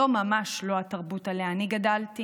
זו ממש לא התרבות שעליה אני גדלתי.